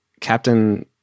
captain